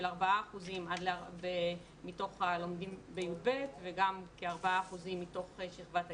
של 4% מתוך הלומדים בי"ב וגם כ-4% מתוך שכבת הגיל,